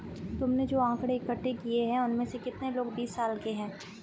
तुमने जो आकड़ें इकट्ठे किए हैं, उनमें से कितने लोग बीस साल के हैं?